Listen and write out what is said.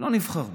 לא נבחר בך.